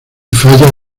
falla